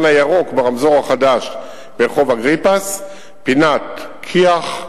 האור הירוק ברמזור החדש ברחוב אגריפס פינת כי"ח,